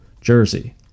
jersey